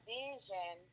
vision